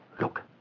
look